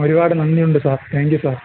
ഒരുപാട് നന്ദിയുണ്ട് sir thank you sir